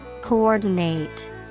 Coordinate